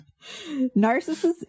Narcissists